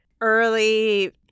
early